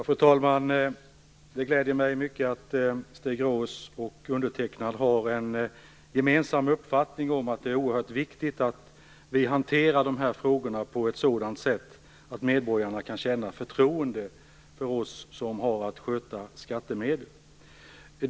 Fru talman! Det gläder mig mycket att Stig Grauers och undertecknad har en gemensam uppfattning om att det är oerhört viktigt att vi hanterar dessa frågor på ett sådant sätt att medborgarna kan känna förtroende för oss som har att sköta skattemedel.